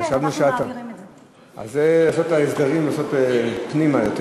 את ההסדרים צריך לעשות פנימה יותר,